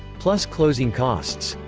plus closing costs.